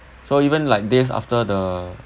for even like days after the